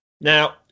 Now